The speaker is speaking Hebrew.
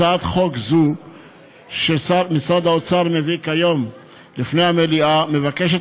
הצעת חוק זו שמשרד האוצר מביא כיום לפני המליאה מבקשת